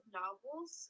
novels